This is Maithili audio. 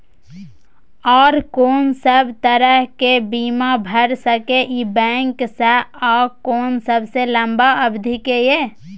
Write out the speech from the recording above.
आर कोन सब तरह के बीमा भ सके इ बैंक स आ कोन सबसे लंबा अवधि के ये?